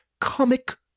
comic